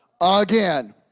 again